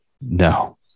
No